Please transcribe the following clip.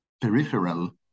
peripheral